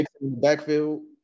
backfield